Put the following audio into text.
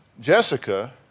Jessica